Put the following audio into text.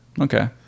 Okay